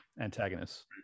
antagonists